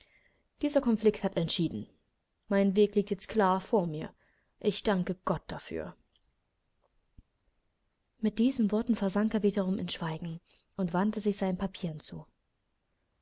dieser konflikt hat entschieden mein weg liegt jetzt klar vor mir ich danke gott dafür mit diesen worten versank er wiederum in schweigen und wandte sich seinen papieren zu